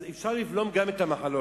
אז אפשר לבלום גם את המחלוקת.